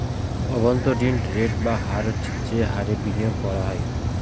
অভ্যন্তরীন রেট বা হার হচ্ছে যে হারে বিনিয়োগ করা হয়